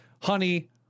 Honey